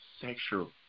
sexual